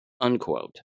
Unquote